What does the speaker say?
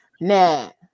Now